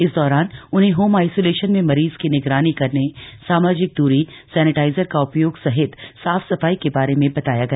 इस दौरान दौरान उन्हें होम आईसोलेशन में मरीज की निगरानी करने सामाजिक द्री सैनिटाइजर का उपयोग सहित साफ सफाई के बारे में बताया गया